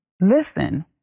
Listen